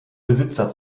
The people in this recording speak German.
besitzer